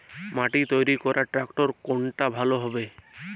মাটি তৈরি করার ট্রাক্টর কোনটা ভালো হবে?